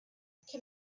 can